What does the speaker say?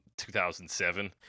2007